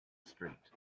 street